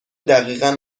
دقیقا